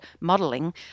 modelling